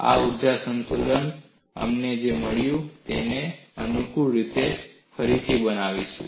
આ ઊર્જા સંતુલન અમને જે મળ્યું છે આપણે તેને અનુકૂળ રીતે ફરીથી બનાવીશું